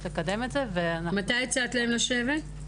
לקדם את זה ואנחנו --- מתי הצעת להם לשבת?